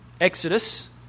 Exodus